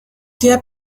der